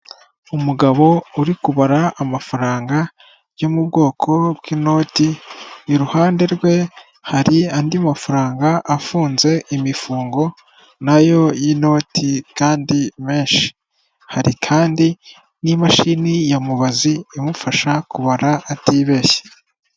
Umugabo uri kubara amafaranga yo mu bwoko bw'inoti, iruhande rwe hari andi mafaranga afunze imifungo nayo y'inoti kandi, menshi hari kandi n'imashini ya mubazi imufasha kubara atibeshya.